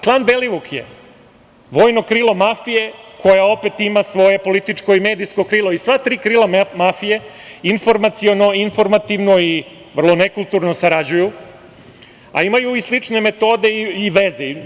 Klan Belivuk je vojno krilo mafije koja opet ima svoje političko i medijsko krilo, i sva tri krila mafije informaciono, informativno i vrlo nekulturno sarađuju, a imaju i slične metode i veze.